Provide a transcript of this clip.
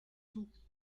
tout